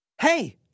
Hey